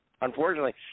unfortunately